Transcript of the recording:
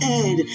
ed